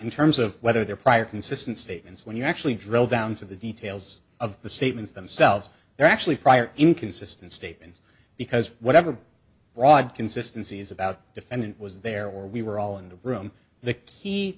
in terms of whether their prior consistent statements when you actually drill down to the details of the statements themselves they're actually prior inconsistent statements because whatever broad consistency is about defendant was there or we were all in the room the